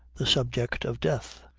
the subject of death.